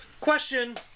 Question